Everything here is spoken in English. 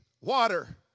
water